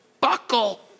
buckle